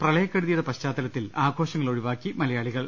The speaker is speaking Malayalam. പ്രളയക്കെടുതിയുടെ പശ്ചാത്തലത്തിൽ ആഘോ ഷങ്ങൾ ഒഴിവാക്കി മലയാളികൾ